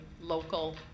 local